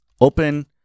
Open